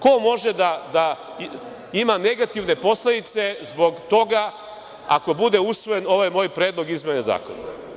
Ko može da ima negativne posledice zbog toga ako bude usvojen ovaj moj predlog izmene zakona?